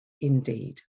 indeed